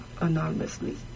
anonymously